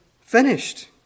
finished